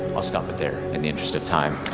i'll stop it there in the interest of time.